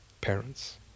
parents